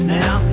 now